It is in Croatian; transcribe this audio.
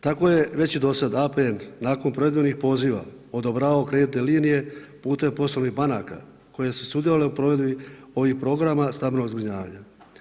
Tako je već do sada APN nakon provedbenih poziva odobravao kreditne linije putem poslovnih banaka koje su sudjelovale u provedbi ovih programa stambenog zbrinjavanja.